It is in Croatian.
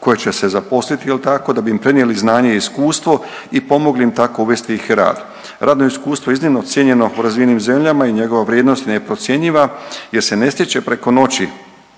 koje će se zaposliti jel tako, da bi im prenijeli znanje i iskustvo i pomogli im tako uvesti ih u rad. Radno iskustvo je iznimno cijenjeno po razvijenim zemljama i njegova vrijednost je neprocjenjiva jer ne stječe preko noći